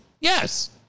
Yes